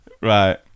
Right